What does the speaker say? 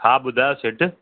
हा ॿुधायो सेठि